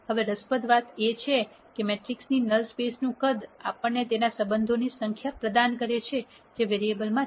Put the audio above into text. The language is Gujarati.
હવે રસપ્રદ વાત એ છે કે મેટ્રિક્સની નલ સ્પેસનું કદ આપણને તેના સંબંધોની સંખ્યા પ્રદાન કરે છે જે વેરીએબલ માં છે